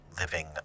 living